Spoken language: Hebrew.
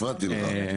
הפרעתי לך.